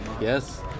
yes